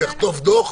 הוא יחטוף דוח,